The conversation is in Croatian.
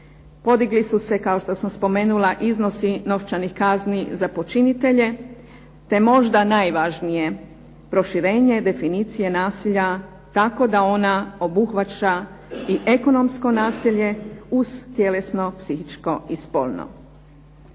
Podigli su se kao što sam spomenula iznosi novčanih kazni za počinitelje, te možda najvažnije, proširenje definicije nasilja, tako da ona obuhvaća i ekonomsko nasilje uz tjelesno, psihičko i spolno.